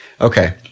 Okay